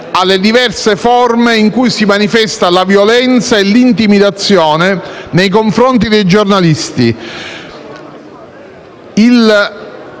alle diverse forme in cui si manifesta la violenza e l'intimidazione nei confronti dei giornalisti,